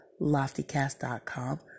LoftyCast.com